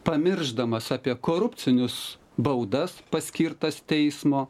pamiršdamas apie korupcinius baudas paskirtas teismo